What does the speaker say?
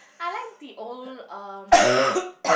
I like the old um